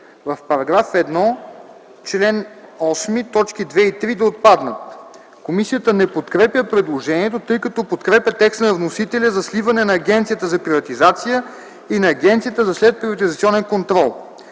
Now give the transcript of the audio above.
В § 1, чл. 8 точки 2 и 3 да отпаднат. Комисията не подкрепя предложението, тъй като подкрепя текста на вносителя за сливане на Агенцията за приватизация и на Агенцията за следприватизационен контрол.